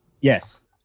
Yes